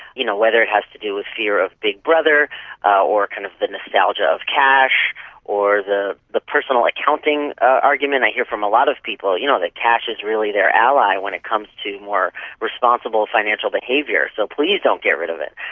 you know whether it has to do with fear of big brother or kind of the nostalgia of cash or the the personal accounting argument. i hear from a lot of people you know that cash is really their ally when it comes to more responsible financial behaviour, so please don't get rid of it.